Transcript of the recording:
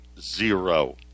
zero